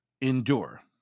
endure